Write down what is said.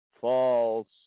False